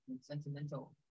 sentimental